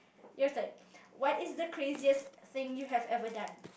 your turn what is the craziest thing you have ever done